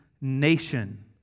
nation